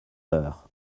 heures